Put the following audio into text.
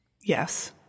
yes